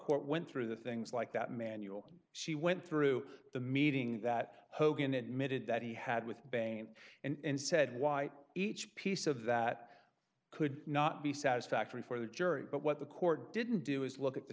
court went through the things like that manual she went through the meeting that hogan admitted that he had with bank and said why each piece of that could not be satisfactory for the jury but what the court didn't do is look at the